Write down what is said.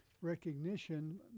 recognition